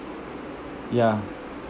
ya